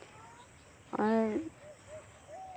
ᱟᱨ